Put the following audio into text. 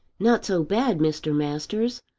not so bad, mr. masters!